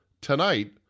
tonight